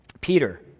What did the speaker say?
Peter